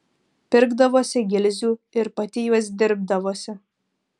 pirkdavosi gilzių ir pati juos dirbdavosi